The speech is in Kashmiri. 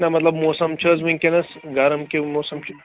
نہ مطلب موسَم چھِ حظ وٕنۍکٮ۪نَس گرم کِنہٕ موسَم چھُ